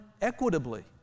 equitably